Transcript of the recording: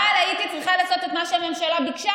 אבל הייתי צריכה לעשות את מה שהממשלה ביקשה